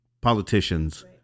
politicians